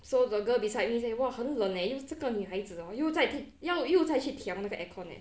so the girl beside me say !wah! 很冷 leh 又是这个女孩子 hor 又再又再去调那个 aircon leh